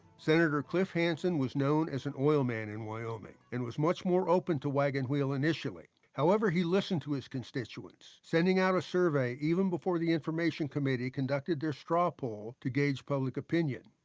senator cliff hansen was known as an oil man in wyoming and was much more open to wagon wheel initiative. however, he listened to his constituents, sending out a survey even before the information committee conducted their straw poll to gauge public opinion.